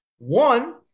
One